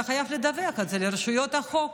אתה חייב לדווח על זה לרשויות החוק,